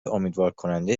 امیدوارکننده